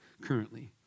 currently